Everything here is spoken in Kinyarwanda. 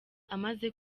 amaze